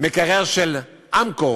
מקרר של "אמקור"